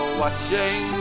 watching